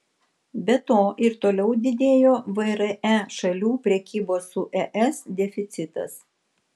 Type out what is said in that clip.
be to ir toliau didėjo vre šalių prekybos su es deficitas